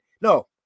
No